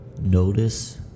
Notice